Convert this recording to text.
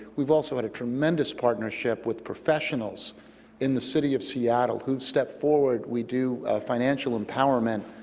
we have also had a tremendous partnership with professionals in the city of seattle who step forward. we do financial empowerment